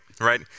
right